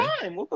time